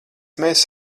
mēs